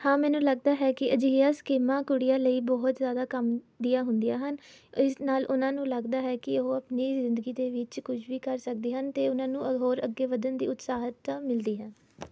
ਹਾਂ ਮੈਨੂੰ ਲੱਗਦਾ ਹੈ ਕਿ ਅਜਿਹੀਆਂ ਸਕੀਮਾਂ ਕੁੜੀਆਂ ਲਈ ਬਹੁਤ ਜ਼ਿਆਦਾ ਕੰਮ ਦੀਆਂ ਹੁੰਦੀਆਂ ਹਨ ਇਸ ਨਾਲ ਉਹਨਾਂ ਨੂੰ ਲੱਗਦਾ ਹੈ ਕਿ ਉਹ ਆਪਣੀ ਜ਼ਿੰਦਗੀ ਦੇ ਵਿੱਚ ਕੁਝ ਵੀ ਕਰ ਸਕਦੀਆਂ ਹਨ ਅਤੇ ਉਨ੍ਹਾਂ ਨੂੰ ਹੋਰ ਅੱਗੇ ਵੱਧਣ ਦੀ ਉਤਸ਼ਾਹਤਾ ਮਿਲਦੀ ਹੈ